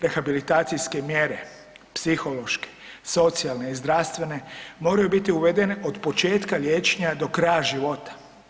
Rehabilitacijske mjere, psihološke, socijalne i zdravstvene moraju biti uvedene od početka liječenja do kraja života.